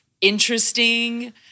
interesting